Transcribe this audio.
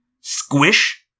Squish